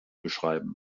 beschreiben